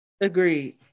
Agreed